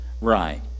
right